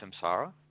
samsara